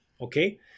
Okay